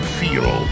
feel